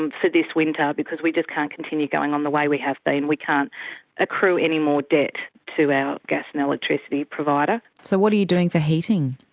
um for this winter, because we just can't continue going on the way we have been. we can't accrue any more debt to our gas and electricity provider. so what are you doing for heating?